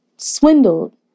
swindled